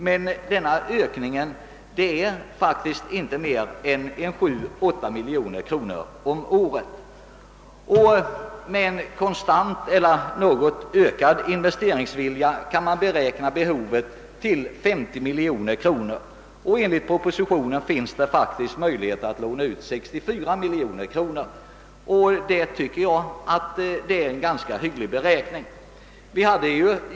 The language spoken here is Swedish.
Men det blir faktiskt inte fråga om en ökning med mer än 7 å 8 miljoner kronor om året. Med en konstant eller något ökad investeringsvilja kan behovet beräknas till 50 miljoner kronor. Enligt propositionens förslag finns det faktiskt möjligheter att låna ut 64 miljoner kronor. Det tycker jag är en ganska hygglig siffra.